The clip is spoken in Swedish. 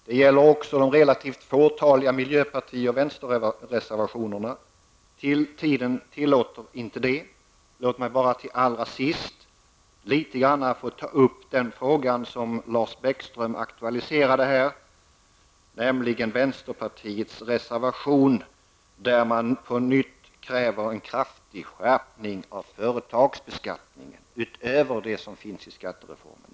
Det gäller också de relativt fåtaliga miljöparti och vänsterreservationerna. Tiden tillåter inte det. Låt mig bara till allra sist litet grand få beröra den fråga som Lars Bäckström har aktualiserat, nämligen det på nytt i vänsterpartiets reservation framförda kravet på en kraftig skärpning av företagsbeskattningen, utöver den som ingår i skattereformen.